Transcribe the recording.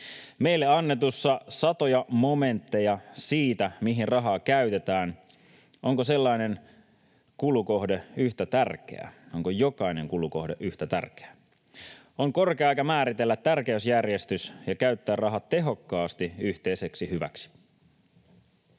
Meille annetussa on satoja momentteja siitä, mihin rahaa käytetään. Onko jokainen kulukohde yhtä tärkeä? On korkea aika määritellä tärkeysjärjestys ja käyttää rahat tehokkaasti yhteiseksi hyväksi.